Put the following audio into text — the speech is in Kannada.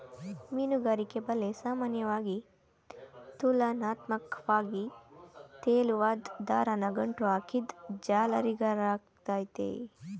ಮೀನುಗಾರಿಕೆ ಬಲೆ ಸಾಮಾನ್ಯವಾಗಿ ತುಲನಾತ್ಮಕ್ವಾಗಿ ತೆಳುವಾದ್ ದಾರನ ಗಂಟು ಹಾಕಿದ್ ಜಾಲರಿಗಳಾಗಯ್ತೆ